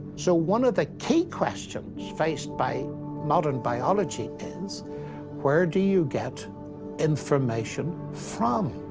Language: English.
so one of the key questions faced by modern biology is where do you get information from?